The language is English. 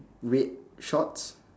red shorts